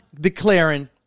declaring